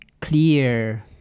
clear